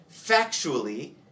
factually